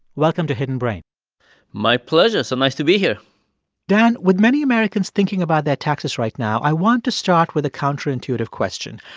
welcome to hidden brain my pleasure, so nice to be here dan, with many americans thinking about their taxes right now, i want to start with a counter-intuitive question.